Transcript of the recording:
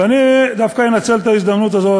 ואני דווקא אנצל את ההזדמנות הזאת,